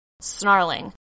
Snarling